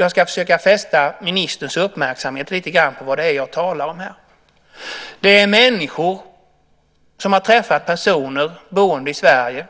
Jag ska försöka fästa ministerns uppmärksamhet lite grann på vad det är jag talar om här. Det är människor som har träffat personer boende i Sverige.